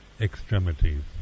extremities